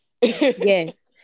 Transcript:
yes